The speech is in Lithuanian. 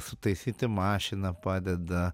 sutaisyti mašiną padeda